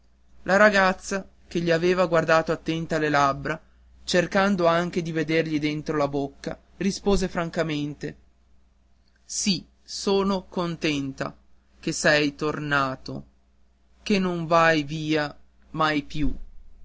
la ragazza che gli aveva guardato attenta le labbra cercando anche di vedergli dentro alla bocca rispose francamente sì so no contenta che sei tor na to che non vai via mai più